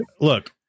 look